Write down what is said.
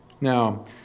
Now